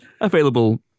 available